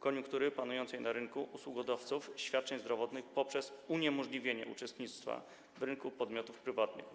koniunktury panującej na rynku usługodawców świadczeń zdrowotnych poprzez uniemożliwienie uczestnictwa w rynku podmiotom prywatnym.